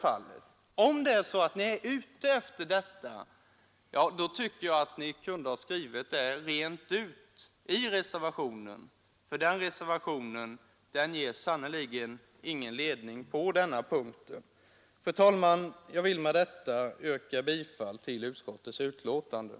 Om ni är ute efter detta, tycker jag att ni kunde ha skrivit det rent ut i reservationen, för den ger sannerligen ingen ledning på denna punkt. Fru talman! Jag vill med detta yrka bifall till utskottets hemställan.